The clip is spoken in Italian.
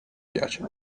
piace